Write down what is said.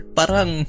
parang